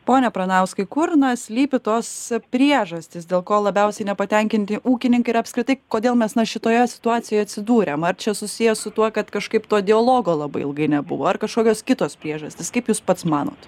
pone pranauskai kur na slypi tos priežastys dėl ko labiausiai nepatenkinti ūkininkai ir apskritai kodėl mes na šitoje situacijoj atsidūrėm ar čia susiję su tuo kad kažkaip to dialogo labai ilgai nebuvo ar kažkokios kitos priežastys kaip jūs pats manot